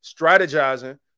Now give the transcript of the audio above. strategizing